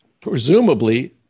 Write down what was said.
presumably